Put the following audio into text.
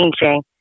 changing